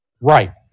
Right